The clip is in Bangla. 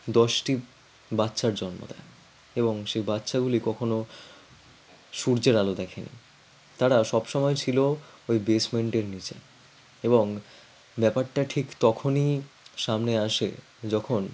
দশটি বাচ্চার জন্ম দেন এবং সেই বাচ্চাগুলি কখনও সূর্যের আলো দেখেনি তারা সবসময় ছিল ওই বেসমেন্টের নিচে এবং ব্যাপারটা ঠিক তখনই সামনে আসে যখন